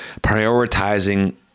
prioritizing